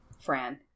Fran